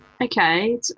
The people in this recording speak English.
Okay